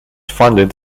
funded